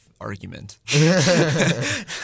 argument